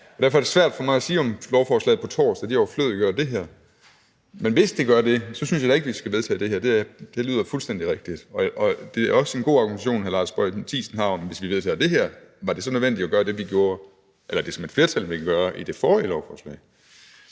derfor er det svært for mig at sige, om lovforslaget på torsdag overflødiggør det her, men hvis det gør det, så synes jeg da ikke, at vi skal vedtage det her. Det lyder fuldstændig rigtigt. Og det er også en god argumentation, hr. Lars Boje Mathiesen har, når han spørger, om det, hvis vi vedtager det her, så var nødvendigt at gøre det, som et flertal ville under det forrige lovforslag.